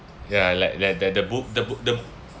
ya like like the the bu~ the bu~ the